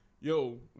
Yo